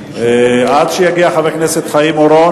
עד שיגיע חבר הכנסת חיים אורון,